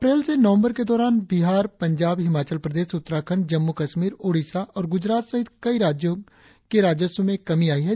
अप्रैल से नवंबर के दौरान बिहार पंजाब हिमाचल प्रदेश उत्तराखंड जम्मू कश्मीर ओडिशा और गुजरात सहित कई राज्यों के राजस्व में कमी आई है